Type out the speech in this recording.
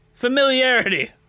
familiarity